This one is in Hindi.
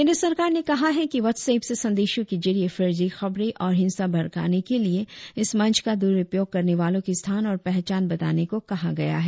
केंद्र सरकार ने कहा है कि व्हाटसऐप से संदेशों के जरिये फर्जी खबरें और हिंसा भड़काने के लिए इस मंच का द्रुपयोग करने वालों के स्थान और पहचान बताने को कहा गया है